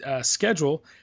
schedule